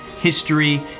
history